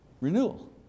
Renewal